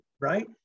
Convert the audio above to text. right